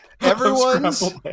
Everyone's